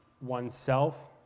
oneself